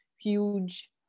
huge